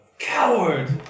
Coward